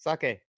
Sake